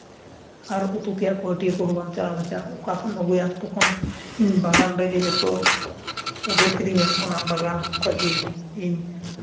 ᱟᱨ ᱩᱛᱩ ᱛᱮᱭᱟᱜ ᱠᱚ ᱦᱟᱹᱴᱭᱟᱹ ᱠᱚᱦᱚᱸ ᱵᱟᱢ ᱪᱟᱞᱟᱣ ᱫᱷᱟᱪᱟᱜᱼᱟ ᱚᱠᱟ ᱠᱷᱚᱱᱮᱢ ᱟᱹᱜᱩᱭᱟ ᱛᱚᱠᱷᱚᱱ ᱤᱧ ᱵᱟᱜᱟᱱ ᱨᱮᱜᱮ ᱮᱛᱚ ᱩᱫᱷᱟᱹᱨ ᱠᱤᱫᱤᱧᱟ ᱚᱱᱟ ᱵᱟᱜᱟᱱ ᱠᱷᱚᱱ ᱜᱮ ᱤᱧ